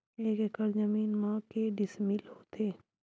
एक एकड़ जमीन मा के डिसमिल होथे?